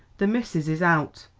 the missis is out,